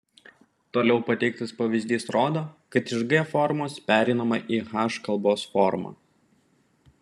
toliau pateiktas pavyzdys rodo kad iš g formos pereinama į h kalbos formą